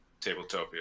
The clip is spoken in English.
Tabletopia